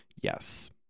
yes